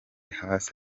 hasi